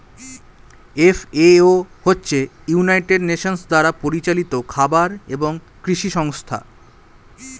FAO হচ্ছে United Nations দ্বারা পরিচালিত খাবার এবং কৃষি সংস্থা